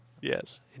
yes